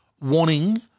wanting